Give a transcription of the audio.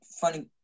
funny